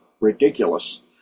ridiculous